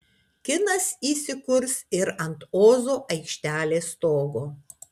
kinas įsikurs ir ant ozo aikštelės stogo